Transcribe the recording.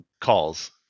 calls